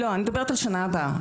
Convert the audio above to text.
לא, אני מדברת על השנה הבאה.